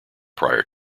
prior